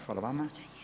Hvala vama.